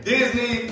Disney